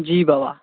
जी बाबा